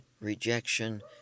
rejection